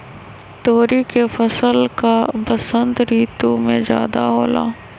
तोरी के फसल का बसंत ऋतु में ज्यादा होला?